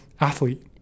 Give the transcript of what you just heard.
athlete